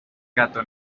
gato